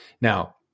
Now